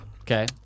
okay